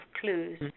clues